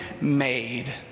made